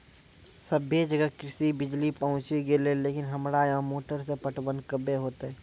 सबे जगह कृषि बिज़ली पहुंची गेलै लेकिन हमरा यहाँ मोटर से पटवन कबे होतय?